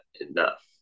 enough